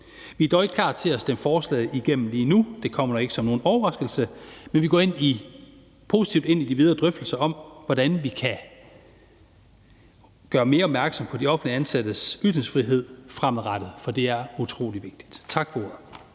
Vi er dog ikke klar til at stemme forslaget igennem lige nu – det kommer nok ikke som nogen overraskelse – men vi går positivt ind i de videre drøftelser om, hvordan vi kan gøre mere opmærksom på de offentligt ansattes ytringsfrihed fremadrettet, for det er utrolig vigtigt. Tak for